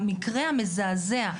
המקרה המזעזע,